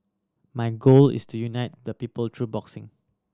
my goal is to unite the people through boxing